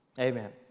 Amen